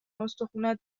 استخونات